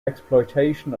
exploitation